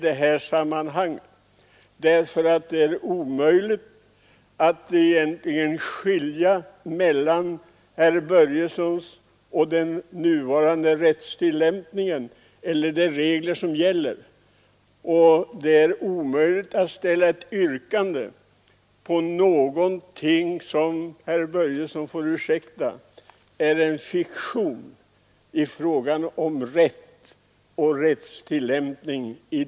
Det är egentligen omöjligt att skilja mellan herr Börjessons motion och den nuvarande rättstillämpningen, och det är omöjligt att ställa ett yrkande på någonting som — herr Börjesson får ursäkta — är en fiktion i fråga om rätt och rättstillämpning.